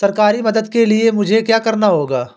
सरकारी मदद के लिए मुझे क्या करना होगा?